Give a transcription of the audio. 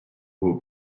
vos